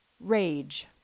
rage